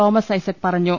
Thomas Isaac പറഞ്ഞു